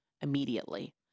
immediately